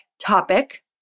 topic